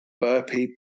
burpee